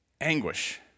anguish